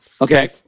Okay